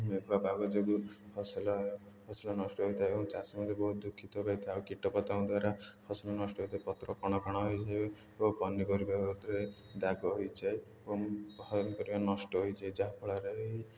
ମୁଁ ଏକ କାଗଜକୁ ଫସଲ ଫସଲ ନଷ୍ଟ ହୋଇଥାଏ ଏବଂ ଚାଷ ମଧ୍ୟ ବହୁତ ଦୁଃଖିତ ହୋଇଥାଏ ଆଉ କୀଟପତଙ୍ଗ ଦ୍ୱାରା ଫସଲ ନଷ୍ଟ ହୋଇଥାଏ ପତ୍ର କଣା ଫଣା ହୋଇଯାଏ ଓ ପନିପରିବା ଭିତରେ ଦାଗ ହୋଇଯାଏ ଏବଂ ନଷ୍ଟ ହୋଇଯାଏ ଯାହାଫଳରେ